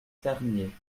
tergnier